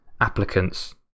applicants